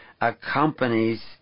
accompanies